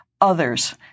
others